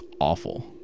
awful